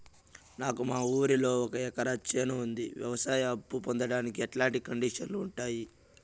నాకు మా ఊరిలో ఒక ఎకరా చేను ఉంది, వ్యవసాయ అప్ఫు పొందడానికి ఎట్లాంటి కండిషన్లు ఉంటాయి?